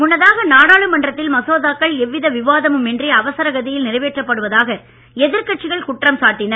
முன்னதாக நாடாளுமன்றத்தில் மசோதாக்கள் எவ்வித விவாதமும் இன்றி அவரச கதியில் நிறைவேற்றப்படுவதாக எதிர்க்கட்சிகள் குற்றம் சாட்டின